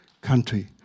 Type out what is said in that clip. country